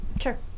Sure